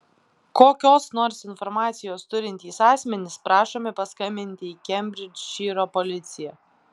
kokios nors informacijos turintys asmenys prašomi paskambinti į kembridžšyro policiją